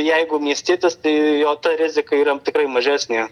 jeigu miestietis tai jo ta rizika yra tikrai mažesnė